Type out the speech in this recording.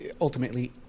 ultimately